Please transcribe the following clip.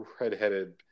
redheaded